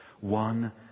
One